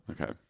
Okay